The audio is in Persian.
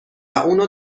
اونو